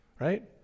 Right